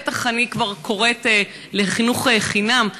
בטח אני כבר קוראת לחינוך חינם.